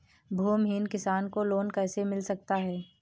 भूमिहीन किसान को लोन कैसे मिल सकता है?